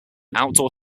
outdoor